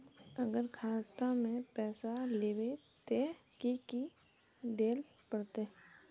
अगर खाता में पैसा लेबे ते की की देल पड़ते?